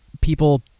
people